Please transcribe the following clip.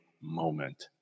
moment